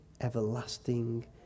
everlasting